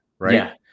right